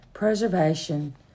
preservation